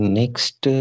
next